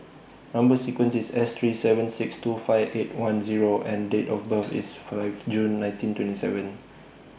Number sequence IS S three seven six two five eight one Zero and Date of birth IS five June nineteen twenty seven